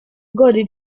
gode